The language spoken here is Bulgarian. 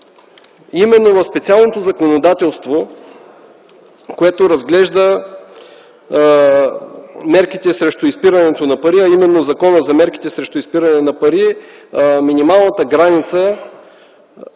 лв.? В специалното законодателство, което разглежда мерките срещу изпирането на пари, а именно в Закона за мерките срещу изпиране на пари минималната граница